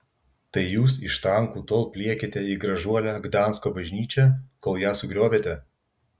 tai jūs iš tankų tol pliekėte į gražuolę gdansko bažnyčią kol ją sugriovėte